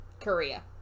Korea